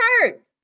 hurt